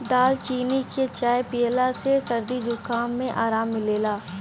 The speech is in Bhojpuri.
दालचीनी के चाय पियला से सरदी जुखाम में आराम मिलेला